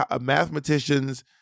Mathematicians